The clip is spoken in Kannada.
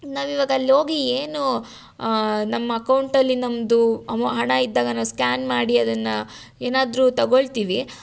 ನಾವು ಇವಾಗ ಅಲ್ಲಿ ಹೋಗಿ ಏನು ನಮ್ಮ ಅಕೌಂಟಲ್ಲಿ ನಮ್ಮದು ಅಮೊ ಹಣ ಇದ್ದಾಗ ನಾವು ಸ್ಕ್ಯಾನ್ ಮಾಡಿ ಅದನ್ನು ಏನಾದರೂ ತಗೊಳ್ತೀವಿ